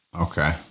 Okay